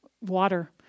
water